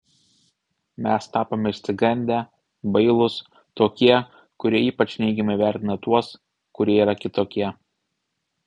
mes tapome išsigandę bailūs tokie kurie ypač neigiamai vertina tuos kurie yra kitokie